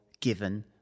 given